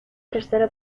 tercera